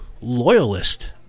loyalist